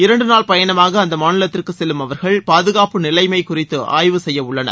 இரண்டு நாள் பயணமாக அந்த மாநிலத்திற்கு செல்லும் அவர்கள் பாதுகாப்பு நிலைமை குறித்து ஆய்வு செய்ய உள்ளனர்